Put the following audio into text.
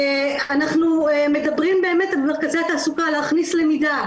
אנחנו מדברים באמת על להכניס למידה למרכזי התעסוקה.